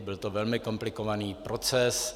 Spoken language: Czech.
Byl to velmi komplikovaný proces.